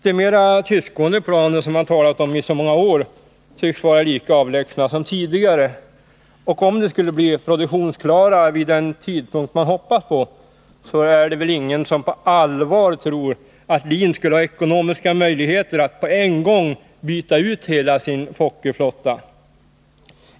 De mera tystgående flygplanen, som man talat om i så många år, tycks vara lika avlägsna som tidigare, och om de skulle bli produktionsklara vid den tidpunkt man hoppas på så är det väl ingen som på allvar tror att LIN skulle ha ekonomiska möjligheter att på en gång byta ut hela sin Fokkerflotta.